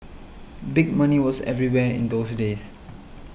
big money was everywhere in those days